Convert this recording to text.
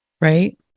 right